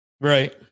right